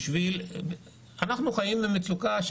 כי אנחנו חיים במצוקה,